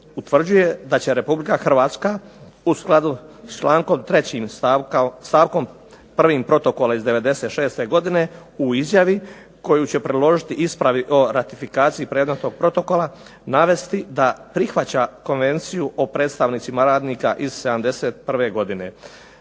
utvrđuje da će Republika Hrvatska u skladu s člankom 3. stavkom 1. Protokola iz '96. godine u izjavi koju će predložit ratifikaciju predmetnog protokola navesti da prihvaća Konvenciju o predstavnicima radnika iz '71. godine